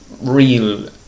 real